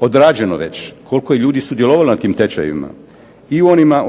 odrađeno već, koliko je ljudi sudjelovalo na tim tečajevima. I u onima